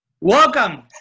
Welcome